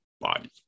body